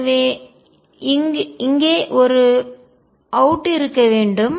எனக்கு இங்கே ஒரு அவுட் இருக்க வேண்டும்